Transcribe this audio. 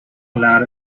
allowed